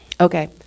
Okay